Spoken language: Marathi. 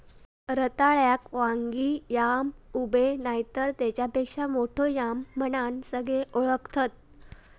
रताळ्याक वांगी याम, उबे नायतर तेच्यापेक्षा मोठो याम म्हणान सगळे ओळखतत